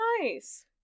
nice